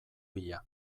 bila